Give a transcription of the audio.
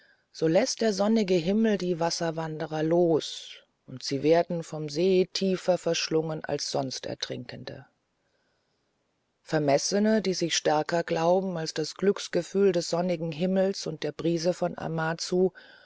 so läßt der sonnige himmel die wasserwanderer los und sie werden vom see tiefer verschluckt als sonst ertrinkende vermessene die sich stärker glauben als das glücksgefühl des sonnigen himmels und der brise von amazu